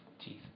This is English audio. teeth